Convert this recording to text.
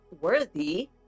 worthy